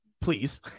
please